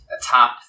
atop